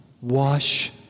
wash